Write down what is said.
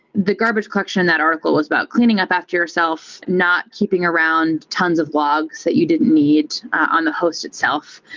the garbage collection in that article was about cleaning up after yourself. not keeping around tons of blogs that you didn't need on the host itself.